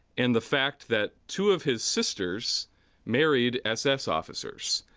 and the fact that two of his sisters married ss officers.